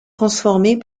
transformés